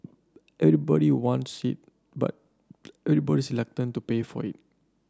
everybody wants it but everybody's to pay for it